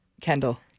Kendall